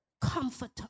comforter